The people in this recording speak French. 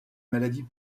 maladies